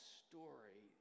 story